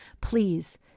please